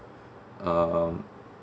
um